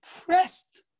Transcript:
pressed